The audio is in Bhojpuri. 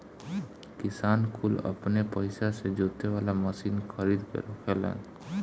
किसान कुल अपने पइसा से जोते वाला मशीन खरीद के रखेलन